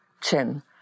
chin